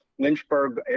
Lynchburg